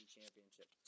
Championship